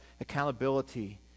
accountability